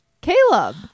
Caleb